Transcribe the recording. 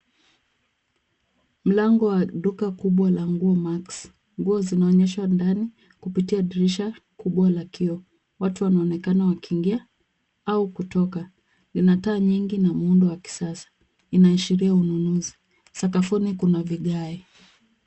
Mlango wa duka kubwa la nguo Max . Nguo zinaonyeshwa ndani kupitia dirisha kubwa la kioo. Watu wanaonekana wakiingia au kutoka. Lina taa nyingi na muundo wa kisasa. Inaashiria ununuzi. Sakafuni kuna vigae.